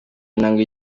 intambwe